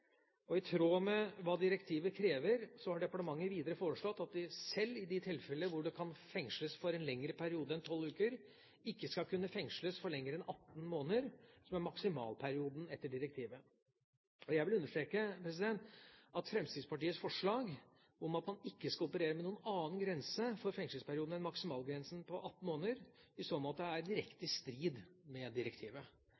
det. I tråd med hva direktivet krever, har departementet videre foreslått at det selv i de tilfeller hvor det kan fengsles for en lengre periode enn 12 uker, ikke skal kunne fengsles for lenger enn 18 måneder, som er maksimalperioden etter direktivet. Jeg vil understreke at Fremskrittspartiets forslag om at man ikke skal operere med noen annen grense for fengslingsperioden enn maksimalgrensen på 18 måneder i så måte er direkte